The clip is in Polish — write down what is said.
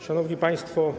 Szanowni Państwo!